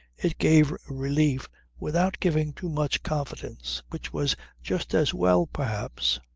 it gave relief without giving too much confidence, which was just as well perhaps.